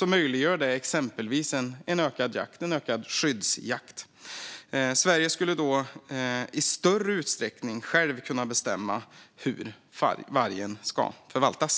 5, möjliggör det exempelvis en ökad skyddsjakt. Sverige skulle då i större utsträckning självt kunna bestämma hur vargen ska förvaltas.